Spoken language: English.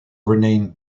renamed